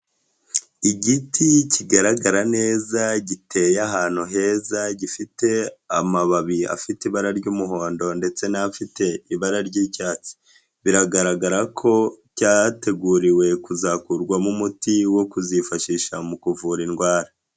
Igiti kigaragara neza giteye ahantu heza gifite amababi afite ibara ry'umuhondo ndetse n'afite ibara ry'icyatsi, biragaragara ko cyateguriwe kuzakurwamo umuti wo kuzifashisha mu kuvura indwara.